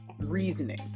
reasoning